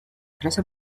trece